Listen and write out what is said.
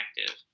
active